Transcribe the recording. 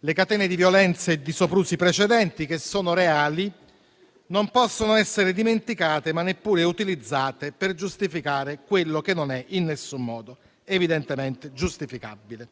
Le catene di violenze e di soprusi precedenti - che sono reali - non possono essere dimenticate, ma neppure utilizzate per giustificare quello che non è in alcun modo evidentemente giustificabile;